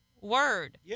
word